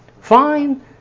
fine